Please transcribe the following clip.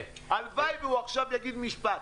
הלוואי והוא עכשיו יגיד משפט,